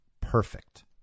Perfect